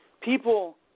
People